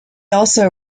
also